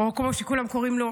או כמו שכולם קוראים לו,